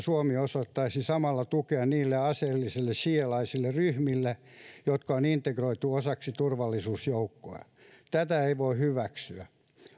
suomi osoittaisi samalla tukea niille aseellisille siialaisille ryhmille jotka on integroitu osaksi turvallisuusjoukkoja tätä ei voi hyväksyä